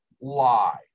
lie